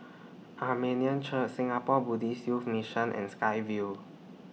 Armenian Church Singapore Buddhist Youth Mission and Sky Vue